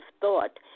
thought